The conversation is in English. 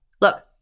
Look